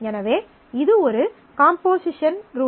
எனவே இது ஒரு காம்போசிஷன் ரூல்